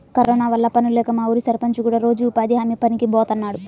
corona వల్ల పనుల్లేక మా ఊరి సర్పంచ్ కూడా రోజూ ఉపాధి హామీ పనికి బోతన్నాడు